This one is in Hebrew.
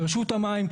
רשות המים.